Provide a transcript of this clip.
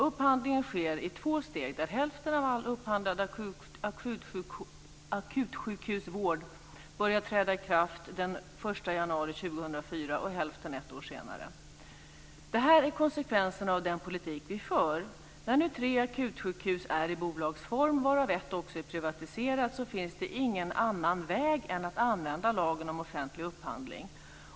Upphandlingen sker i två steg, där hälften av all upphandlad akutsjukvård börjar träda i kraft den 1 januari 2004 och hälften ett år senare. - Det här är en konsekvens av den politik vi för. När nu tre akutsjukhus är i bolagsform, varav ett också är privatiserat, så finns det ingen annan väg än att använda lagen om offentlig upphandling.